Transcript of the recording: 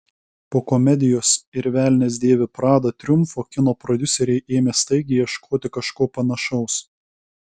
po komedijos ir velnias dėvi pradą triumfo kino prodiuseriai ėmė staigiai ieškoti kažko panašaus